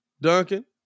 Duncan